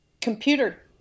computer